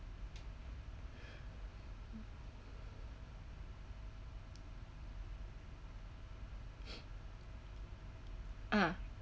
ah